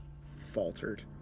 faltered